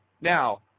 Now